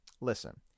listen